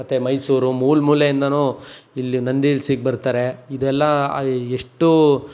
ಮತ್ತು ಮೈಸೂರು ಮೂಲೆ ಮೂಲೆಯಿಂದನೂ ಇಲ್ಲಿ ನಂದಿ ಇಲ್ಸಿಗೆ ಬರ್ತಾರೆ ಇದೆಲ್ಲ ಎಷ್ಟು